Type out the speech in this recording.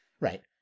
Right